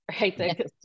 right